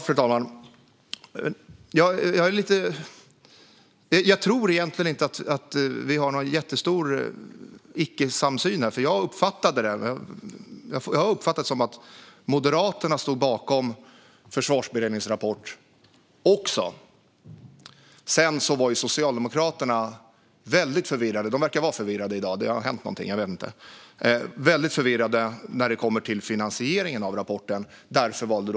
Fru talman! Jag tror egentligen inte att vi har någon jättestor icke-samsyn här, för jag har uppfattat det som att också Moderaterna står bakom Försvarsberedningens rapport. Sedan verkar Socialdemokraterna vara väldigt förvirrade i dag - det har hänt någonting, och jag vet inte vad - när det kommer till finansieringen av rapporten.